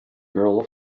girl